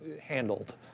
handled